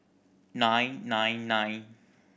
nine nine nine